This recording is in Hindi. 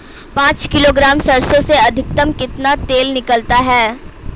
पाँच किलोग्राम सरसों में अधिकतम कितना तेल निकलता है?